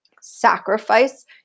sacrifice